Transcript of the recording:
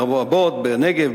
בנגב,